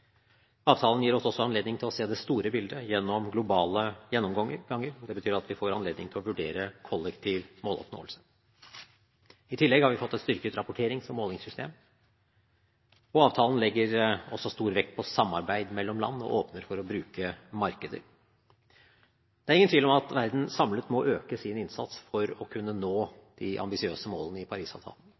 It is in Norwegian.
Avtalen gir oss også anledning til å se det store bildet gjennom globale gjennomganger. Det betyr at vi får anledning til å vurdere kollektiv måloppnåelse. I tillegg har vi fått et styrket rapporterings- og målingssystem. Avtalen legger også stor vekt på samarbeid mellom land og åpner for å bruke markeder. Det er ingen tvil om at verden samlet må øke sin innsats for å kunne nå de ambisiøse målene i